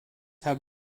have